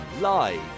live